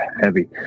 heavy